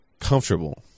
comfortable